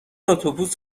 اتوبوس